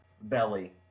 belly